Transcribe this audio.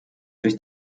durch